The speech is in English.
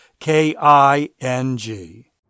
K-I-N-G